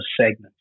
segments